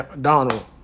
Donald